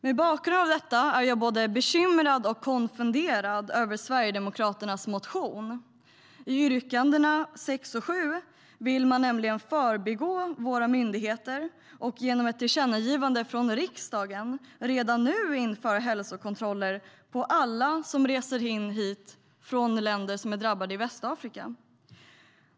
Mot bakgrund av detta är jag både bekymrad och konfunderad över Sverigedemokraternas motion. I yrkandena 6 och 7 vill man nämligen förbigå våra myndigheter och genom ett tillkännagivande från riksdagen redan nu införa hälsokontroller för alla som reser hit från länder i Västafrika som är drabbade.